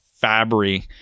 Fabry